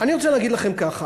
אני רוצה להגיד לכם ככה: